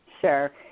Sure